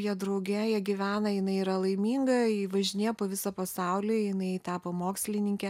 jie drauge jie gyvena jinai yra laiminga ji važinėja po visą pasaulį jinai tapo mokslininke